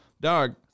dog